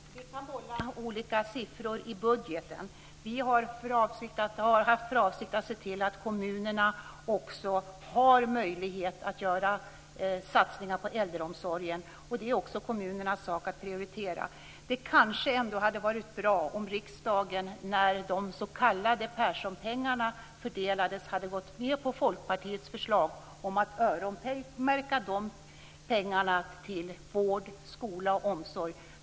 Fru talman! Vi kan bolla olika siffror i budgeten. Vi har haft för avsikt att se till att kommunerna också har möjlighet att göra satsningar på äldreomsorgen och det är också kommunernas sak att prioritera. Det kanske ändå hade varit bra om riksdagen när de s.k. Perssonpengarna fördelades hade gått med på Folkpartiets förslag om att öronmärka pengar till vård, skola och omsorg.